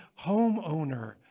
homeowner